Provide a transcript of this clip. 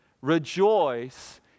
Rejoice